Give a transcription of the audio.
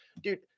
dude